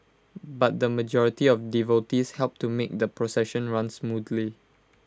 but the majority of devotees helped to make the procession run smoothly